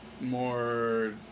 more